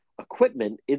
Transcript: equipment